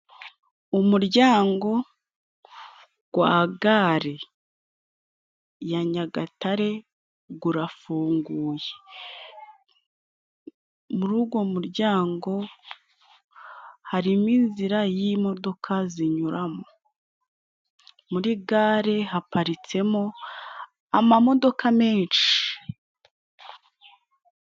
Umuryango wa gare ya Nyagatare urafunguye, muri uwo muryango harimo inzira y'imodoka zinyuramo, muri gare haparitsemo amamodoka menshi.